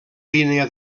línia